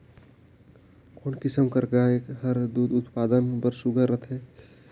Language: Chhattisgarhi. कोन किसम कर गाय हर दूध उत्पादन बर सुघ्घर रथे?